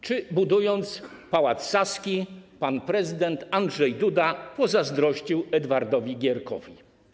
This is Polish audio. Czy budując Pałac Saski pan prezydent Andrzej Duda pozazdrościł Edwardowi Gierkowi?